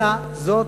אלא זאת